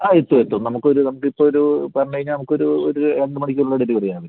ആ എത്തും എത്തും നമുക്കൊരു നമുക്കിപ്പൊരു പറഞ്ഞുകഴിഞ്ഞാൽ നമുക്കൊരു രണ്ടുമണിക്കൂറിനുള്ളിൽ ഡെലിവെറി ചെയ്യാൻ പറ്റും